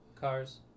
Cars